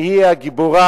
שהיא הגיבורה